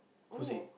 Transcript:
who say